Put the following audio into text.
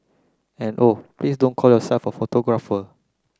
and oh please don't call yourself a photographer